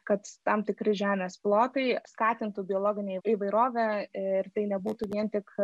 kad tam tikri žemės plotai skatintų biologinę įvairovę ir tai nebūtų vien tik